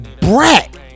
brat